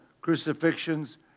crucifixion's